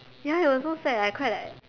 ya it was so sad I cried like